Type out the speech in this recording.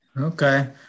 Okay